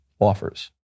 offers